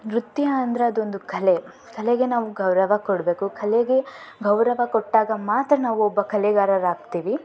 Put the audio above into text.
ನೃತ್ಯ ಅಂದರೆ ಅದೊಂದು ಕಲೆ ಕಲೆಗೆ ನಾವು ಗೌರವ ಕೊಡಬೇಕು ಕಲೆಗೆ ಗೌರವ ಕೊಟ್ಟಾಗ ಮಾತ್ರ ನಾವು ಒಬ್ಭ ಕಲೆಗಾರರಾಗ್ತೀವಿ